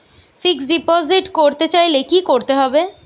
Fixed deposit করতে চাইলে কি করতে হবে?